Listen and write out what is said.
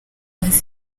amaze